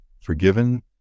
forgiven